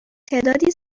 تعدادی